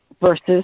versus